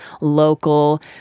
local